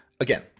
again